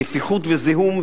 נפיחות וזיהום,